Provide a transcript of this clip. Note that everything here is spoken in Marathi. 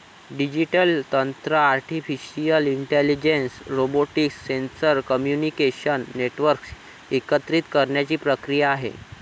डिजिटल तंत्र artificial intelligence, robotics, sensor, communication network एकत्रित करण्याची प्रक्रिया आहे